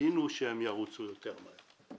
תבינו שהם ירוצו יותר מהר.